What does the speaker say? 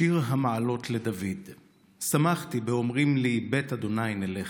"שיר המעלות לדוד שמחתי באמרים לי בית ה' נלך.